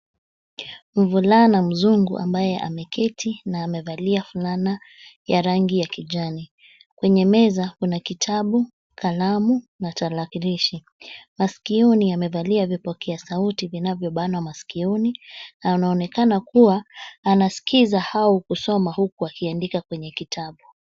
Mvulana mzungu ambaye ameketi na amevalia fulana ya rangi ya kijani. Kwenye meza kuna kitabu, kalamu na tarakilishi. Masikioni amevalia vipokea sauti vinavyobanwa masikioni na anaonekana anasikiza au kusoma huku akiandika kwenye kitabu.